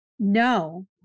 No